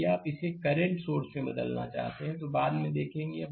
यदि आप इसे करंट सोर्स में बदलना चाहते हैं तो बाद में देखेंगे